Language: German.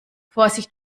vorsicht